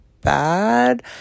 bad